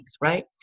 right